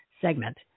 segment